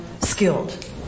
skilled